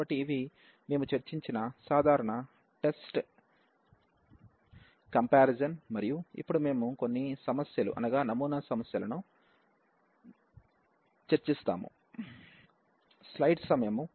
కాబట్టి ఇవి మేము చర్చించిన సాధారణ టెస్ట్ కంపారిజాన్ మరియు ఇప్పుడు మనము కొన్ని సమస్య లు అనగా నమూనా సమస్యలను చూద్దాము